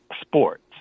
sports